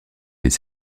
des